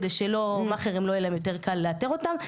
על מנת שמאכערים לא יהיה להם יותר קל לאתר אותם,